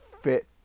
fit